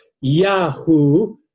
Yahoo